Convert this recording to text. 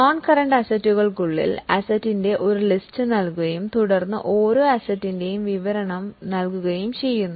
non current അസറ്റിനുള്ളിൽ അസറ്റിന്റെ ഒരു ലിസ്റ്റ് നൽകുകയും തുടർന്ന് ഓരോ അസറ്റിന്റെയും വിവരണം നൽകുകയും ചെയ്യുന്നു